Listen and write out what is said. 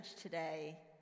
today